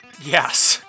Yes